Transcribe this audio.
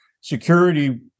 Security